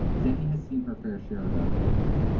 xeni has seen her fair share of outbreaks,